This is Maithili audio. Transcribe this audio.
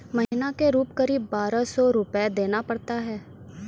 महीना के रूप क़रीब बारह सौ रु देना पड़ता है?